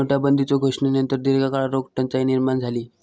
नोटाबंदीच्यो घोषणेनंतर दीर्घकाळ रोख टंचाई निर्माण झाली